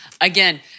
again